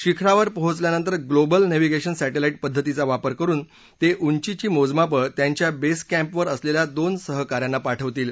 शिखरावर पोचल्यानंतर global navigation satellite पद्धतीचा वापर करुन ते उंचीची मोजमापं त्यांच्या बेस कॅम्पवर असलेल्या दोन सहका यांना पाठवतील